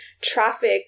traffic